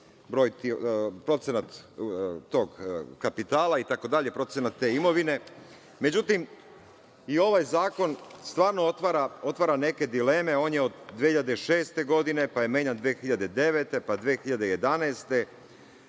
procenat tog kapitala itd, procena te imovine.Međutim, i ovaj zakon stvarno otvara neke dileme. On je od 2006. godine, pa je menjan 2009. godine,